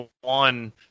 one